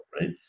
right